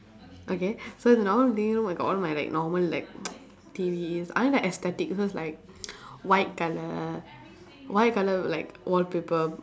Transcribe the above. okay so the normal living room I got all my like normal like T_V I like aesthetic so like white colour white colour like wallpaper